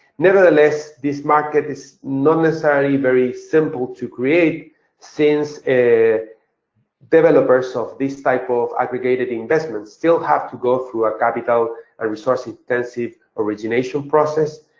nevertheless, this market is not necessarily very simple to create since developers of these type of aggregated investments still have to go through a capital ah resource intensive origination process.